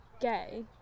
gay